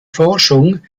forschung